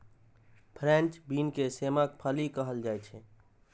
French bean के सेमक फली कहल जाइ छै